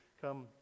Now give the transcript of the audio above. come